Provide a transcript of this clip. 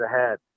ahead